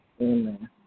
Amen